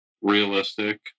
realistic